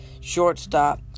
Shortstop